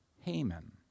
Haman